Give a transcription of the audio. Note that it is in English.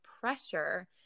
pressure